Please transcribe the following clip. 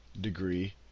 degree